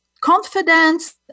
confidence